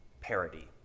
parody